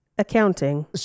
accounting